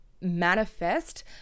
manifest